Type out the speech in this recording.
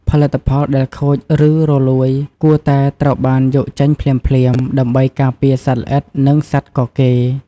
ផលិតផលដែលខូច ឬរលួយ គួរតែត្រូវបានយកចេញភ្លាមៗ ដើម្បីការពារសត្វល្អិត និងសត្វកកេរ។